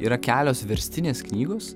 yra kelios verstinės knygos